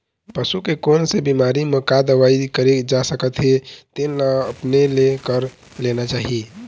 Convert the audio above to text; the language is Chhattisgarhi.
पसू के कोन से बिमारी म का दवई करे जा सकत हे तेन ल अपने ले कर लेना चाही